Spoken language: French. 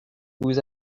vous